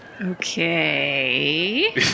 Okay